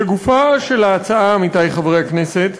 לגופה של ההצעה, עמיתי חברי הכנסת,